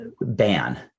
ban